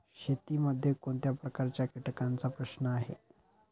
शेतीमध्ये कोणत्या प्रकारच्या कीटकांचा प्रश्न आहे?